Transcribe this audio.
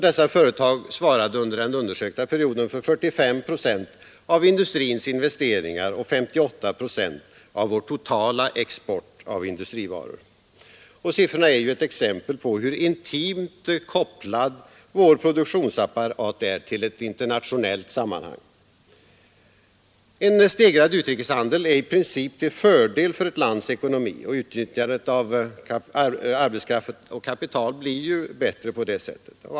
Dessa företag svarade under den undersökta perioden för 45 procent av industrins investeringar och 58 procent av vår totala export av industrivaror. Siffrorna är ju ett exempel på hur intimt kopplad vår produktionsapparat är till ett internationellt sammanhang. En stegrad utrikeshandel är i princip till fördel för ett lands ekonomi. Utnyttjandet av arbetskraft och kapital blir ju bättre på det sättet.